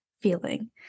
feeling